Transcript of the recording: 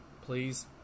Please